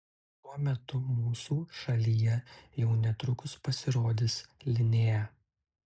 tuo metu mūsų šalyje jau netrukus pasirodys linea